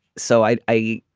so i i